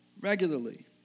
regularly